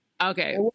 okay